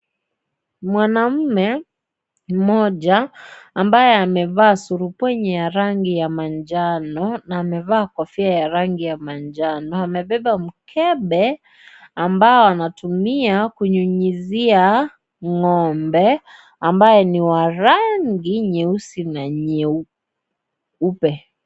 Mwanaume mmoja ambaye amevaa surubwenye ya rangi ya manjano amevaa kofia ya rangi ya manjano amebeba mkebe ambao anatumia akinyunyuzia ng'ombe ambaye niwa rangi nyeusi na nyeupe .